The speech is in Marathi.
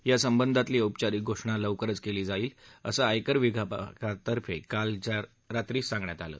या संबंधातली औपचारिक घोषणा लवकरच केली जाईल असं आयकर विभाग तर्फे काल रात्री सांगण्यात आलं